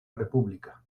república